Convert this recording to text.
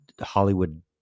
Hollywood